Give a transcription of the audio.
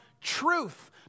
truth